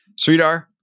Sridhar